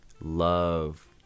love